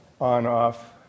on-off